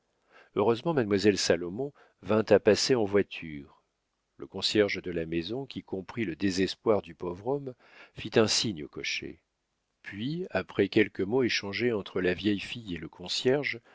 heureusement mademoiselle salomon vint à passer en voiture le concierge de la maison qui comprit le désespoir du pauvre homme fit un signe au cocher puis après quelques mots échangés entre la vieille fille et le concierge